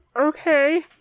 Okay